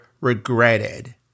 regretted